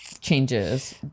changes